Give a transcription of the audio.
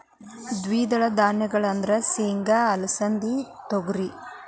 ದ್ವಿದಳ ಧಾನ್ಯಗಳು ಅಂದ್ರ ಸೇಂಗಾ, ಅಲಸಿಂದಿ, ತೊಗರಿ